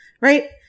right